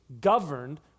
governed